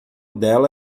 dela